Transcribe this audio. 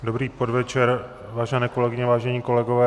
Dobrý podvečer, vážené kolegyně, vážení kolegové.